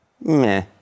meh